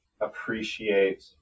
Appreciate